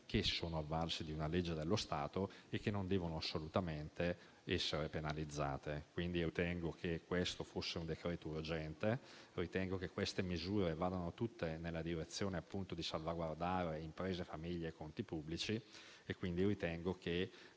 che si sono avvalse di una legge dello Stato e che non devono assolutamente essere penalizzate. Ritengo quindi che quello al nostro esame fosse un decreto urgente. Ritengo che queste misure vadano tutte nella direzione di salvaguardare imprese, famiglie e conti pubblici e quindi il nostro